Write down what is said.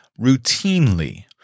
routinely